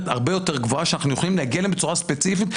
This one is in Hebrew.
הרבה יותר גבוהה שאנחנו יכולים להגיע אליהם בצורה ספציפית,